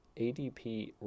ADP